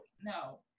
no